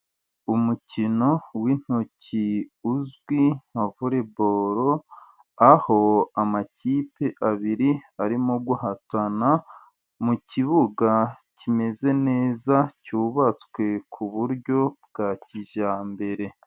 Umukino w' intoki uzwi nka vole bolo aho amakipe abiri arimo guhatana mu kibuga, kimeze neza cyubatswe ku buryo bwa kijyambere.